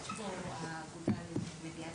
הנתון השני הוא ש-90% מהם חולים בגלל חשיפה לא מבוקרת